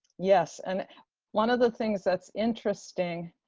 yes, and one of the things that's interesting